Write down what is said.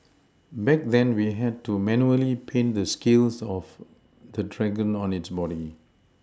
back then we had to manually paint the scales of the dragon on its body